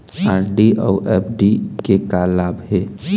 RD अऊ FD के का लाभ हे?